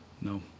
No